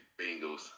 Bengals